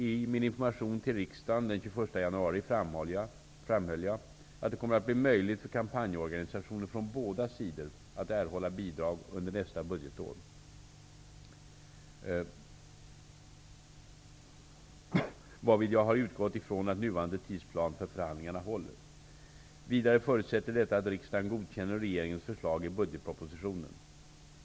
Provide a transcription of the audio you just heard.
I min information till riksdagen den 21 januari framhöll jag att det kommer att bli möjligt för kampanjorganisationer från båda sidor att erhålla bidrag under nästa budgetår, varvid jag har utgått ifrån att nuvarande tidsplan för förhandlingarna håller. Vidare förutsätter detta att riksdagen godkänner regeringens förslag i budgetpropositionen.